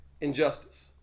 injustice